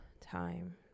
time